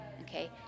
okay